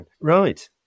Right